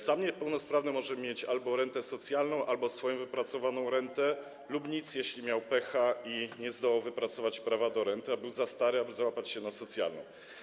Sam niepełnosprawny może mieć albo rentę socjalną, albo swoją wypracowaną rentę, albo nic, jeśli miał pecha i nie zdołał wypracować prawa do renty, a był za stary, aby załapać się na rentę socjalną.